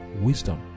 wisdom